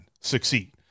succeed